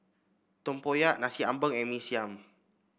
tempoyak Nasi Ambeng and Mee Siam